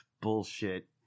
bullshit